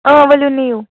آ ؤلِو نِیو